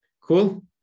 Cool